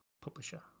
publisher